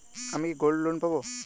আমি কি gold loan পাবো?